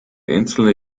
einzelne